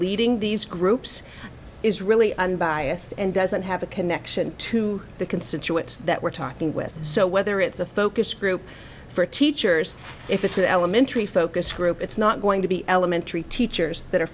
leading these groups is really unbiased and doesn't have a connection to the constituents that we're talking with so whether it's a focus group for teachers if it's an elementary focus group it's not going to be elementary teachers that are